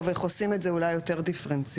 איך עושים את זה אולי יותר דיפרנציאלי.